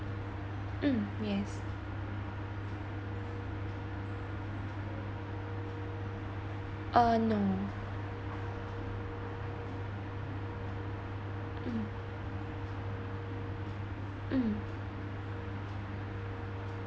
mm yes uh no mm mm